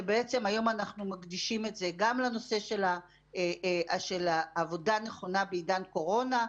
שבעצם היום אנחנו מקדישים את זה גם לנושא של עבודה נכונה בעידן הקורונה,